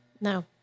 no